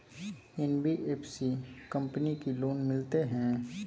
NBFC company की loan मिलते है?